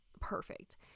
perfect